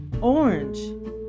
Orange